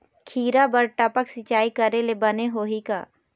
खिरा बर टपक सिचाई करे ले बने होही का?